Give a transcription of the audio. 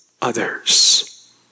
others